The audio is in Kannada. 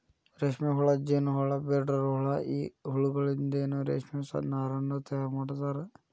ರೇಷ್ಮೆಹುಳ ಜೇನಹುಳ ಜೇಡರಹುಳ ಈ ಹುಳಗಳಿಂದನು ರೇಷ್ಮೆ ನಾರನ್ನು ತಯಾರ್ ಮಾಡ್ತಾರ